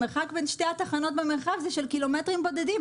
המרחק בין שתי התחנות במרחב הוא של קילומטרים בודדים.